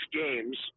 games